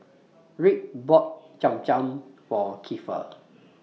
Rick bought Cham Cham For Keifer